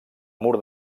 mur